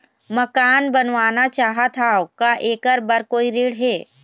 मकान बनवाना चाहत हाव, का ऐकर बर कोई ऋण हे?